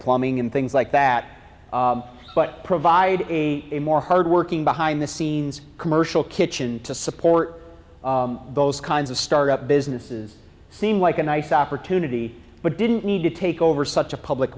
plumbing and things like that but provide a a more hard working behind the scenes commercial kitchen to support those kinds of start up businesses seem like a nice opportunity but didn't need to take over such a public